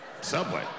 Subway